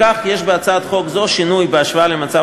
בכך יש בהצעת חוק זו שינוי בהשוואה למצב